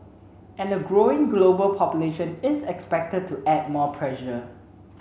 and a growing global population is expected to add more pressure